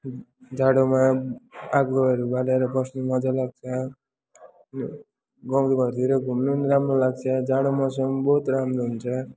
जाडोमा आगोहरू बालेर बस्नु मजा लाग्छ अनि गाउँघरतिर घुम्नु पनि राम्रो लाग्छ जाडो मौसममा बहुत राम्रो हुन्छ